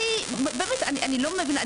אני באמת לא מבינה.